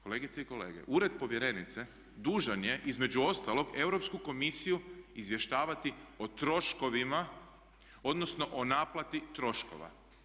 Kolegice i kolege ured povjerenice dužan je između ostalog Europsku komisiju izvještavati o troškovima, odnosno o naplati troškova.